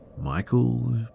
Michael